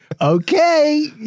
okay